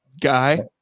guy